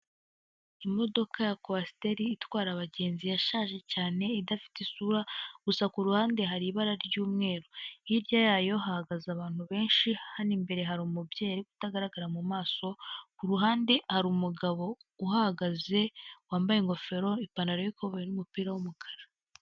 Imodoka ya Coaster itwara abagenzi yashaje cyane idafite isura, gusa ku ruhande hari ibara ry'umweru, hirya yayo hahagaze abantu benshi, hano imbere hari umubyeyi ariko utagaragara mu maso, ku ruhande hari umugabo uhagaze wambaye ingofero, ipantaro y'ikoboyi n'umupira w'umukara.